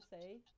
say